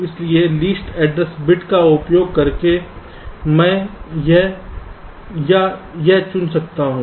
इसलिए कम से लीस्ट एड्रेस बिट का उपयोग करके मैं यह या यह चुन सकता हूं